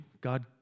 God